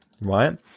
right